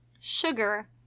sugar